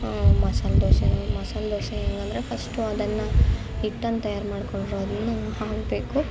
ಮಸಾಲ ದೋಸೆನೂ ಮಸಾಲ ದೋಸೆ ಹೇಗಂದ್ರೆ ಫಸ್ಟು ಅದನ್ನು ಹಿಟ್ಟನ್ನ ತಯಾರು ಮಾಡ್ಕೊಂಡಿರೋದನ್ನು ಹಾಕಬೇಕು